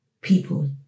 people